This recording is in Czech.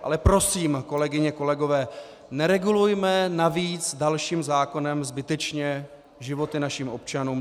Ale prosím, kolegyně, kolegové, neregulujme navíc dalším zákonem zbytečně životy našich občanů.